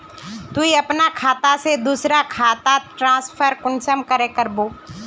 तुई अपना खाता से दूसरा खातात ट्रांसफर कुंसम करे करबो?